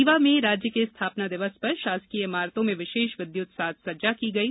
रीवा में राज्य के स्थापना दिवस पर शासकीय इमारतों में विशेष विद्युत साज सज्जा की गई है